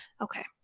okay